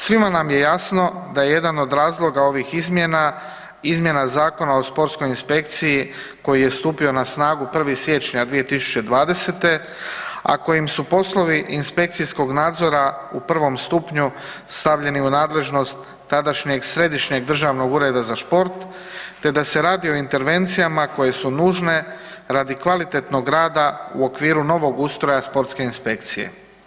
Svima nam je jasno da je jedan od razloga ovih izmjena izmjena Zakona o sportskoj inspekciji koji je stupio na snagu 1. siječnja 2020., a kojim su poslovi inspekcijskog nadzora u prvom stupnju stavljeni u nadležnost tadašnjeg Središnjeg državnog ureda za šport, te da se radi o intervencijama koje su nužne radi kvalitetnog rada u okviru novog ustroja sportske inspekcije.